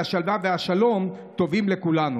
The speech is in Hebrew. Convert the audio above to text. השלווה והשלום טובים לכולנו.